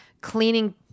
cleaning